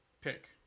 pick